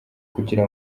kugira